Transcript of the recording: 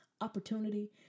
opportunity